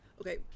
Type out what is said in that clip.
okay